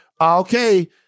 okay